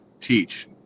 teach